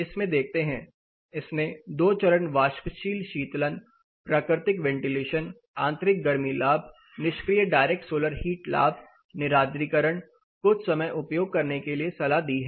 इसमें देखते हैं इसने दो चरण वाष्पशील शीतलन प्राकृतिक वेंटिलेशन आंतरिक गर्मी लाभ निष्क्रिय डायरेक्ट सोलर हीट लाभ निरार्द्रीकरण कुछ समय उपयोग करने के लिए सलाह दी है